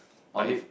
like